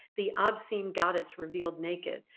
the obscene goddess revealed naked,